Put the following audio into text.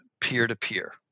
peer-to-peer